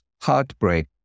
heartbreak